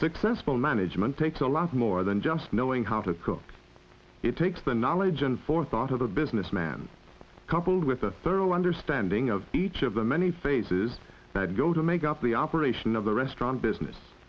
successful management takes a lot more than just knowing how to cook it takes the knowledge and forethought of a business man coupled with a thorough understanding of each of the many phases that go to make up the operation of the restaurant business